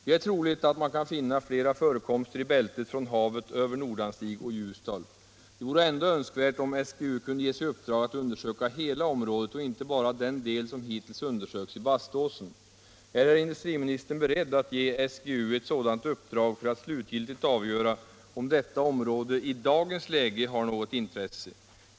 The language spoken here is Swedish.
Det är troligt att man kan finna flera förekomster i bältet från havet över Nordanstig och Ljusdal. Det vore ändå önskvärt om SGU kunde ges i uppdrag att undersöka hela området och inte bara den del som hittills studerats i Baståsen. Är herr industriministern beredd att ge SGU ett sådant uppdrag för att slutgiltigt avgöra om detta område i dagens läge har något intresse?